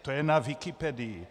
To je na Wikipedii.